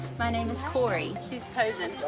my name is korrie. she's posing,